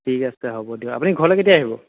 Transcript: ঠিক আছে হ'ব দিয়ক আপুনি ঘৰলৈ কেতিয়া আহিব